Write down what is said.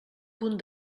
punt